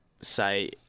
say